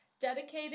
dedicated